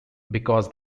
because